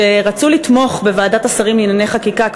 שרצו לתמוך בוועדת השרים לענייני חקיקה,